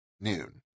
noon